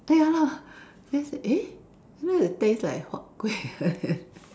ah ya lah then I said eh how come it taste like huat kueh